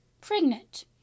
pregnant